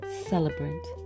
celebrant